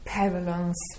pavilions